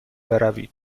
بروید